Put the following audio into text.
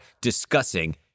discussing